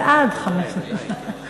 זה עד 15 דקות.